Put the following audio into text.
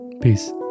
Peace